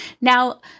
Now